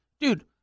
dude